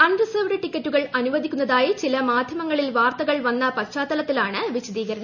അൺ reserved ടിക്കറ്റുകൾ അനുവദിക്കുന്നതായി ചില മാധ്യമങ്ങളിൽ വാർത്തകൾ വന്ന് പശ്ചാത്തലത്തിലാണ് വിശദീകരണം